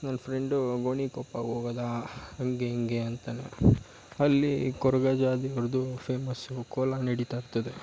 ನನ್ನ ಫ್ರೆಂಡೂ ಗೋಣಿಕೊಪ್ಪ ಹೋಗೋದಾ ಹಾಗೆ ಹೀಗೆ ಅಂತನೇ ಅಲ್ಲಿ ಕೊರಗಜ್ಜ ದೇವ್ರದ್ದು ಫೇಮಸ್ಸು ಕೋಲ ನಡೀತಾ ಇರ್ತದೆ